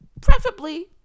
Preferably